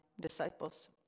disciples